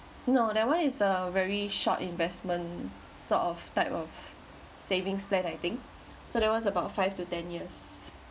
no that one is a very short investment sort of type of savings plan I think so that was about five to ten years